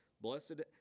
Blessed